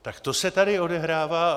Tak to se tady odehrává.